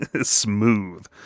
smooth